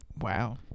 Wow